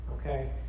Okay